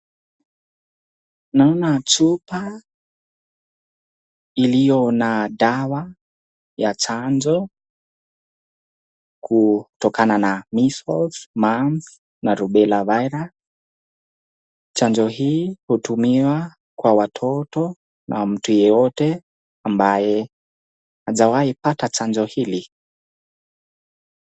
Naona chupa iliyo na dawa ya chanjo kutokana na Measles, Mumps na Rubela Virus . Chanjo hii hutumiwa kwa watoto na mtu yeyote ambaye hajawahi pata chanjo hili.